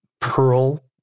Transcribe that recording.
Pearl